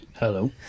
Hello